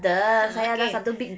ah okay